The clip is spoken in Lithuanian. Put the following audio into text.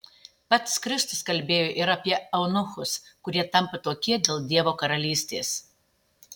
pats kristus kalbėjo ir apie eunuchus kurie tampa tokie dėl dievo karalystės